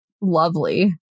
lovely